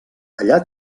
allà